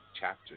chapter